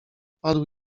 padł